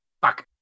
fuck